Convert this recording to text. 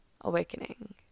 awakening